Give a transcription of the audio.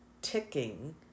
ticking